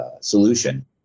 solution